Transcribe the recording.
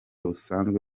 busanzwe